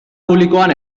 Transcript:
publikoan